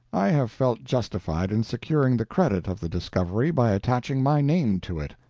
i have felt justified in securing the credit of the discovery by attaching my name to it,